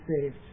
saved